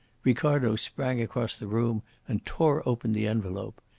ricardo sprang across the room and tore open the envelope.